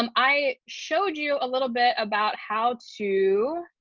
um i showed you a little bit about how to